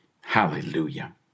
Hallelujah